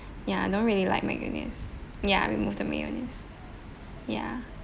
ya I don't really like mayonnaise ya remove the mayonnaise ya